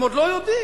הם עוד לא יודעים.